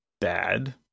bad